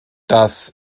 das